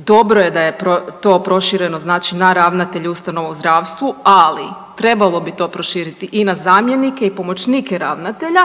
Dobro je da je to prošireno znači na ravnatelje ustanova u zdravstvu, ali trebalo bi to proširiti i na zamjenike i na pomoćnike ravnatelja,